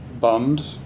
bummed